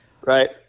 right